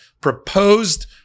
proposed